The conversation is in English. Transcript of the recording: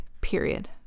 period